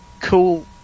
cool